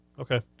Okay